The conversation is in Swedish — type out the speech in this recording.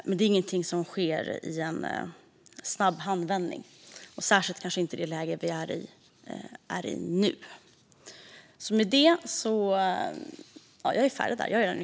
Det är dock ingenting som sker i en handvändning, särskilt inte i det läge vi befinner oss i nu.